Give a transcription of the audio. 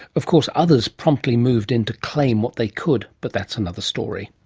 of course others promptly moved in to claim what they could, but that's another story.